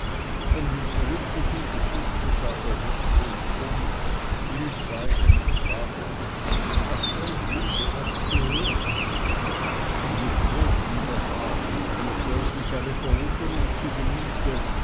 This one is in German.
und mit glücklichem gesichte sah der wirt rundum stillschweigend fragend habt ihr je so was gehört und mit großem behagen führte er sich alle verwunderung zu gemüte